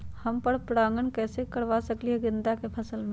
हम पर पारगन कैसे करवा सकली ह गेंदा के फसल में?